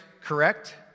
correct